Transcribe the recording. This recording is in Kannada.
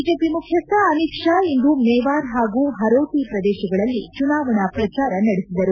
ಬಿಜೆಪಿ ಮುಖ್ಯಸ್ವ ಅಮಿತ್ ಶಾ ಇಂದು ಮೇವಾರ್ ಹಾಗೂ ಹರೋಟ ಪ್ರದೇಶಗಳಲ್ಲಿ ಚುನಾವಣಾ ಪ್ರಚಾರ ನಡೆಸಿದರು